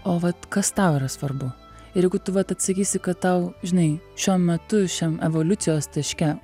o vat kas tau yra svarbu ir jeigu tu vat atsakysi kad tau žinai šiuo metu šiam evoliucijos taške